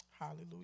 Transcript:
Hallelujah